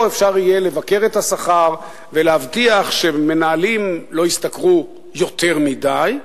אפשר יהיה לבקר את השכר ולהבטיח שמנהלים לא ישתכרו יותר מדי,